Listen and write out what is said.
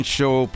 Show